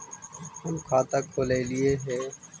हम खाता खोलैलिये हे?